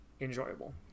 enjoyable